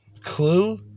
clue